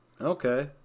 Okay